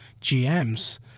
GMs